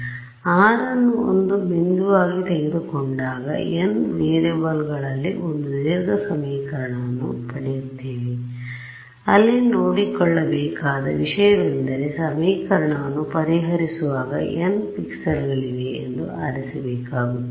ಆದ್ದರಿಂದ r ಅನ್ನು ಒಂದು ಬಿಂದುವಾಗಿ ತೆಗೆದುಕೊಂಡಾಗ n ವೇರಿಯೇಬಲ್ಗಳಲ್ಲಿ ಒಂದು ದೀರ್ಘ ಸಮೀಕರಣವನ್ನು ಪಡೆಯುತ್ತೇವೆ ಅಲ್ಲಿ ನೋಡಿಕೊಳ್ಳಬೇಕಾದ ವಿಷಯ ವೆಂದರೆ ಸಮೀಕರಣವನ್ನು ಪರಿಹರಿಸುವಾಗ n ಪಿಕ್ಸೆಲ್ಗಳಿವೆ ಎಂದು ಆರಿಸಬೇಕಾಗುತ್ತದೆ